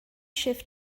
shift